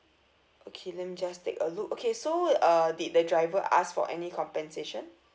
okay let me just take a look okay so uh did the driver ask for any compensation